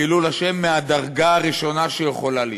חילול השם מהדרגה הראשונה שיכולה להיות.